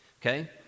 okay